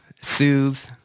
soothe